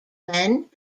men